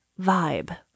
vibe